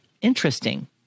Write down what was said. interesting